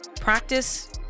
practice